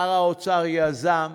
שר האוצר יזם,